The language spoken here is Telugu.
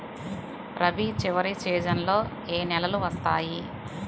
రబీ చివరి సీజన్లో ఏ నెలలు వస్తాయి?